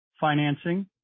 financing